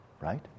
Right